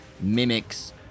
mimics